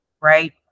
right